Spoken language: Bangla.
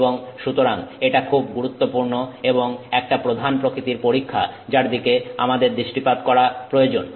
এবং সুতরাং এটা খুব গুরুত্বপূর্ণ এবং একটা প্রধান প্রকৃতির পরীক্ষা যার দিকে আমাদের দৃষ্টিপাত করা প্রয়োজন